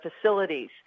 facilities